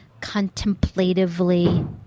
contemplatively